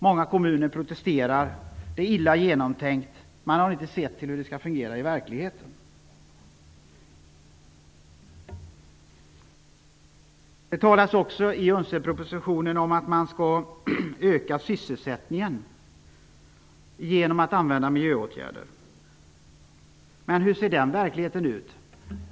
Många kommuner protesterar. Det är illa genomtänkt, och man har inte sett till hur det skall fungera i verkligheten. I UNCED-propositionen talas det också om att man skall öka sysselsättningen genom att använda miljöåtgärder. Hur ser det ut i verkligheten?